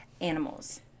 animals